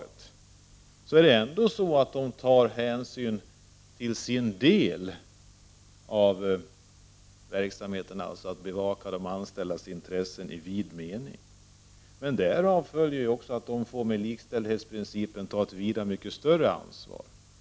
Men vad de gör är ändå att de tar hänsyn till sin del av verksamheten och bevakar de anställdas intressen i vid mening. Med likställdhetsprincipen följer ett mycket större ansvar.